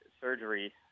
surgery